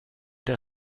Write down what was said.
der